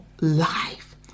life